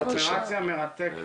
זו אופרציה מרתקת.